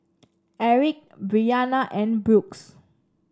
Aric Briana and Brooks